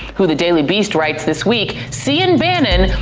who the daily beast writes this week, see in bannon,